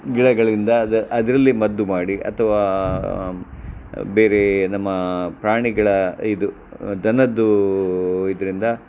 ಗಿಡಗಳಿಂದ ಅದ ಅದರಲ್ಲಿ ಮದ್ದು ಮಾಡಿ ಅಥವಾ ಬೇರೆ ನಮ್ಮ ಪ್ರಾಣಿಗಳ ಇದು ದನದ್ದೂ ಇದರಿಂದ